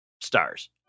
stars